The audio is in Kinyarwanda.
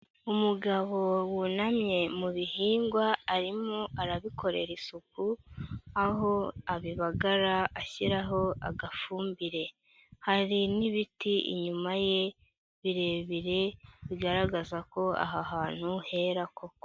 Umugabo wunamye mu bihingwa arimo arabikorera isuku, aho abibagara ashyiraho agafumbire. Hari n'ibiti inyuma ye birebire bigaragaza ko aha hantu hera koko.